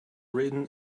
written